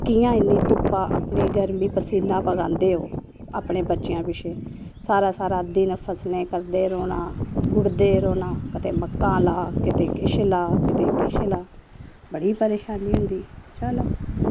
कियां इन्नी धुप्पा अपनी गर्मी पसीना बगांदे ओह् अपने बच्चेंआं पिच्छें सारा सारा दिन फसलें करदे रौह्ना गुडदे रौह्ना कुतै मक्कां लाऽ कदे किश लाऽ कदे किश लाऽ बड़ी परेशानी होंदी चलो